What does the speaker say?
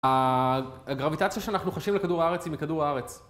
הגרביטציה שאנחנו חושבים לכדור הארץ היא מכדור הארץ.